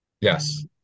Yes